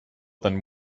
than